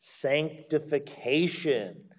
sanctification